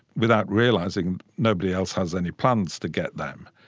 without realising nobody else has any plans to get them.